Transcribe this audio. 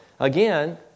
Again